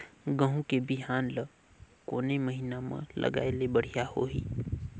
गहूं के बिहान ल कोने महीना म लगाय ले बढ़िया होही?